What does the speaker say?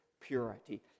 purity